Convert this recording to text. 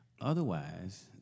Otherwise